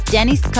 Dennis